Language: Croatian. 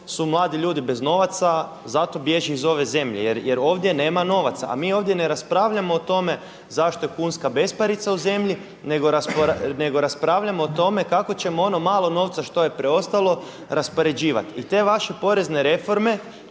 su mladi ljudi bez novaca, zato bježe iz ove zemlje jer ovdje nema novaca. A mi ovdje ne raspravljamo o tome zašto je kunska besparica u zemlji nego raspravljamo o tome kako ćemo ono malo novca što je preostalo raspoređivati. I te vaše porezne reforme